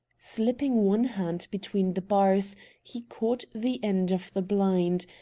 slipping one hand between the bars he caught the end of the blind,